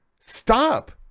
stop